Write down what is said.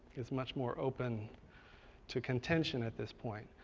is much more open to contention at this point.